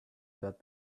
but